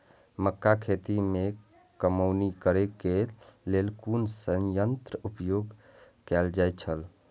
मक्का खेत में कमौनी करेय केय लेल कुन संयंत्र उपयोग कैल जाए छल?